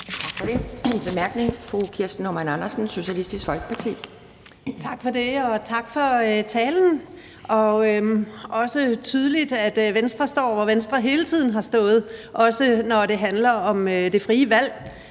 Folkeparti. Kl. 10:06 Kirsten Normann Andersen (SF): Tak for det, og tak for talen. Det er tydeligt, at Venstre står, hvor Venstre hele tiden har stået, også når det handler om det frie valg.